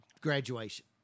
graduation